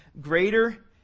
Greater